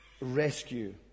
rescue